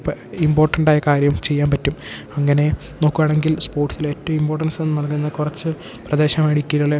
ഇമ്പോർട്ടൻറായ കാര്യം ചെയ്യാൻ പറ്റും അങ്ങനെ നോക്കുവാണെങ്കിൽ സ്പോർട്സിൽ ഏറ്റവും ഇമ്പോർട്ടൻസ് നൽകുന്ന കുറച്ച് പ്രദേശം ഇടുക്കിയിലുള്ള